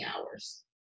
hours